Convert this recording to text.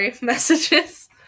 messages